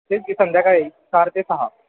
तेच की संध्याकाळी चार ते सहा